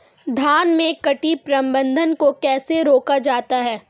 धान में कीट प्रबंधन को कैसे रोका जाता है?